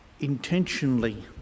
intentionally